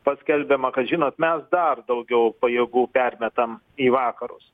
paskelbiama kad žinot mes dar daugiau pajėgų permetam į vakarus